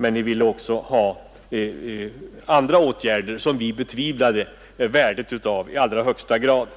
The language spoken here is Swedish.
Men ni ville också ha andra åtgärder, som vi betvivlade värdet av i allra högsta grad.